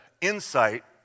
insight